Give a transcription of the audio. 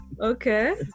Okay